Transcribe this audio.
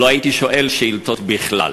לא הייתי שואל שאילתות בכלל.